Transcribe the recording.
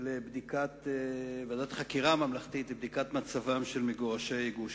לבדיקת מצבם של מגורשי גוש-קטיף.